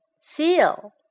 Seal